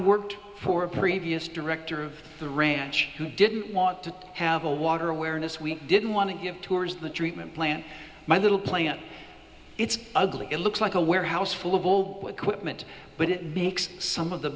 worked for a previous director of the ranch who didn't want to have a water awareness we didn't want to give tours the treatment plant my little plant it's ugly it looks like a warehouse full of old equipment but it makes some of the